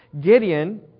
Gideon